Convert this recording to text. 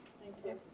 thank you.